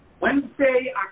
Wednesday